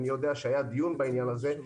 אני יודע שהיה דיון בעניין הזה,